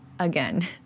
again